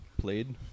played